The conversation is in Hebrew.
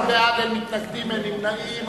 16 בעד, אין מתנגדים, אין נמנעים.